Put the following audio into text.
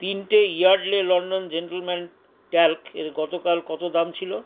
তিনটে Yardley London gentleman ট্যাল্কের গতকাল কতো দাম ছিলো